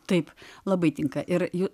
taip labai tinka ir juk